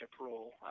role